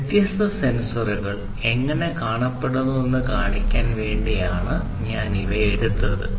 വ്യത്യസ്ത സെൻസറുകൾ എങ്ങനെ കാണപ്പെടുന്നുവെന്ന് കാണിക്കാൻ വേണ്ടിയാണ് ഞാൻ ഇവ എടുത്തത്